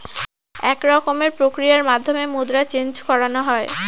এক রকমের প্রক্রিয়ার মাধ্যমে মুদ্রা চেন্জ করানো হয়